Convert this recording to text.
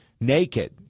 naked